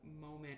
moment